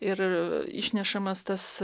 ir išnešamas tas